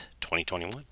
2021